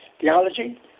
theology